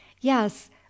yes